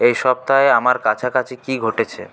এই সপ্তাহে আমার কাছাকাছি কি ঘটেছে